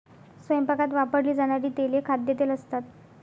स्वयंपाकात वापरली जाणारी तेले खाद्यतेल असतात